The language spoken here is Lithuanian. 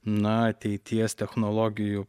na ateities technologijų